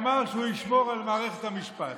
לנתניהו שאמר שהוא ישמור על מערכת המשפט.